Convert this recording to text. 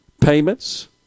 payments